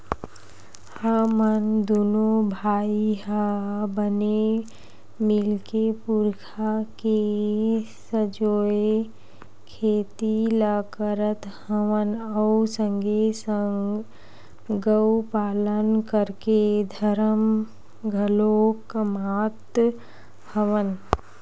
हमन दूनो भाई ह बने मिलके पुरखा के संजोए खेती ल करत हवन अउ संगे संग गउ पालन करके धरम घलोक कमात हवन